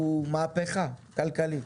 הוא מהפכה כלכלית.